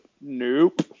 Nope